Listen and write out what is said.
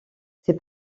ses